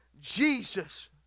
Jesus